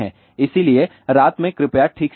इसलिए रात में कृपया ठीक से सोएं